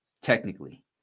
technically